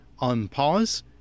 unpause